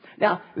Now